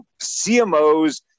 CMOS